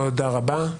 תודה רבה.